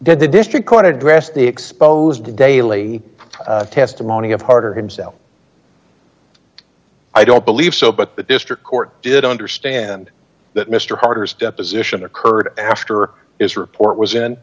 did the district court address the exposed d daily testimony of harter himself i don't believe so but the district court did understand that mister harper's deposition occurred after his report was in